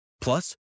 Plus